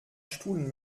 stullen